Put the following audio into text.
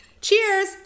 Cheers